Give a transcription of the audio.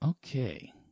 Okay